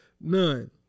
None